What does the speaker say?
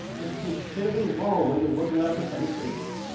is considerably lower when you're looking on a percentage basis.